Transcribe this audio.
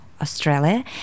Australia